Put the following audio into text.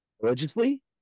religiously